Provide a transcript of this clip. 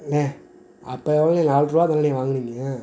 அண்ணே அப்போ எவ்வளோண்ணே நால்ட்ருவா தானண்ணே நீங்கள் வாங்குனீங்க